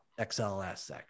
xlsx